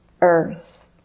earth